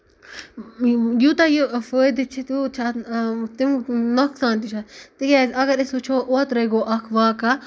یوٗتاہ یہِ فٲیدٕ چھُ تیوٗت چھُ اَتھ نۄقصان تہِ چھُ اَتھ تِکیازِ اَگر أسۍ وُچھو اوترے گوٚو اکھ واقعہٕ